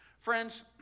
Friends